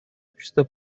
общество